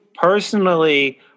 Personally